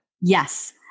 Yes